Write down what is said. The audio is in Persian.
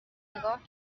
نگاه